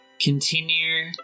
continue